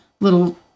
little